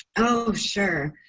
oh, sure.